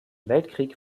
weltkrieg